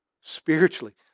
spiritually